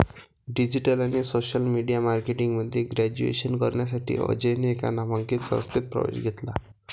digital आणि social media marketing मध्ये graduation करण्यासाठी अजयने एका नामांकित संस्थेत प्रवेश घेतला